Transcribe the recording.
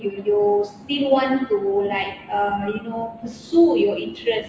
you still want to like uh you know pursue your interest